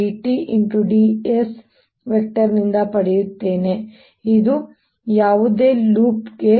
dS ನಿಂದ ಪಡೆಯುತ್ತೇನೆ ಇದು ಯಾವುದೇ ಲೂಪ್ ಗೆ